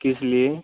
किसलिए